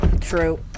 true